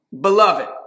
beloved